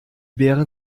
beeren